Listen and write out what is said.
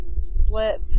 Slip